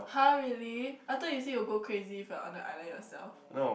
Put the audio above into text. [huh] really I thought you say you will go crazy if you are on the island yourself